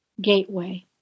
gateway